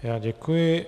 Já děkuji.